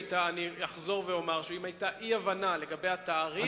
אחזור ואומר שאם היתה אי-הבנה לגבי התאריך,